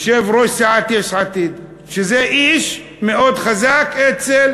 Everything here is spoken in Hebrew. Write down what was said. יושב-ראש סיעת יש עתיד, שהוא איש מאוד חזק אצל